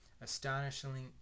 astonishingly